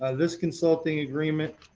ah this consulting agreement